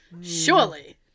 Surely